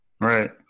Right